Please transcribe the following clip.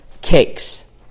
cakes